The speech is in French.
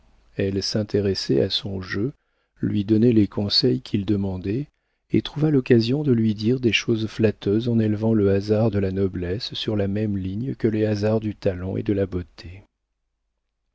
elle s'intéressait à son jeu lui donnait les conseils qu'il demandait et trouva l'occasion de lui dire des choses flatteuses en élevant le hasard de la noblesse sur la même ligne que les hasards du talent et de la beauté